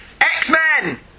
X-Men